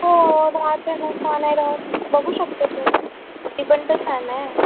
हो राहते ना का नाही रहात बघू शकते तू ती पण तर छान आहे